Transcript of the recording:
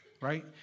right